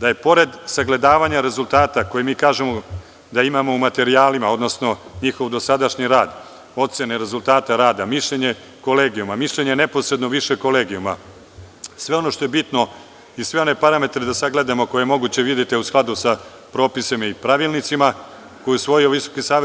da je pored sagledavanja rezultata, koje mi kažemo da imamo u materijalima, odnosno njihov dosadašnji rad, ocene rezultata rada, mišljenje kolegijuma, mišljenje neposredno više kolegijuma, sve ono što je bitno i sve one parametre da sagledamo koje je moguće videti, a u skladu sa propisima i pravilnicima, koji je usvojio VSS.